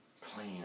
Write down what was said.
plan